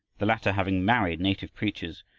the latter having married native preachers,